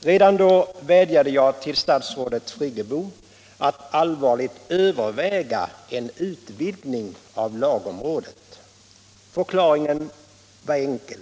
Redan då vädjade jag till statsrådet Friggebo att allvarligt överväga en utvidgning av lagområdet. Anledningen till detta var enkel.